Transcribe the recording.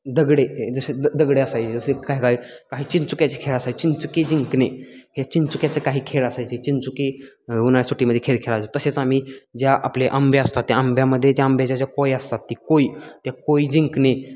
दगडे जसे द दगडे असायचे जसे काय काय काही चिंचोक्याचे खेळ असायचे चिंचोकी जिंकणे हे चिंचोक्याचे काही खेळ असायचे चिंचोकी उन्हाळी सुट्टीमध्ये खेळ खेळायचं तसेच आम्ही ज्या आपले आंबे असतात त्या आंब्यामध्ये त्या आंब्याच्या ज्या कोय असतात ती कोय त्या कोयी जिंकणे